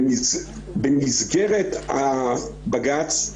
במסגרת הבג"צ,